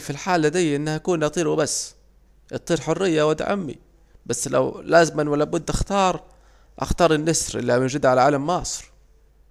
في الحالة دي هكون اطير بس، الطير حرية يا واد عمي، بس لو لازم ولا بد اختار، اختار النسر الي موجود على علم ماصر